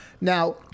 Now